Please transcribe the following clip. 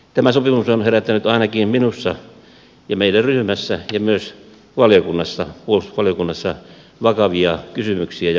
tämä sopimus on herättänyt ainakin minussa ja meidän ryhmässä ja myös puolustusvaliokunnassa vakavia kysymyksiä ja huolenaiheita